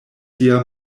sia